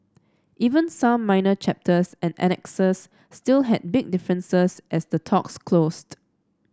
even some minor chapters and annexes still had big differences as the talks closed